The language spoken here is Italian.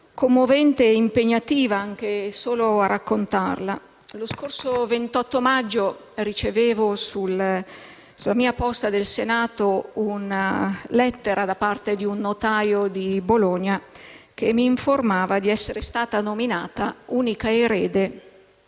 commovente ed impegnativa, anche solo a raccontarla. Lo scorso 28 maggio ricevevo, sulla mia casella di posta del Senato, una lettera da parte di un notaio di Bologna che mi informava di essere stata nominata unica erede